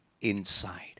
inside